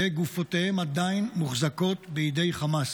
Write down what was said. וגופותיהם עדיין מוחזקות בידי חמאס.